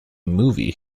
movie